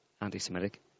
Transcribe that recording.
anti-Semitic